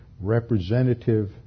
representative